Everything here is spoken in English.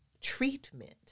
treatment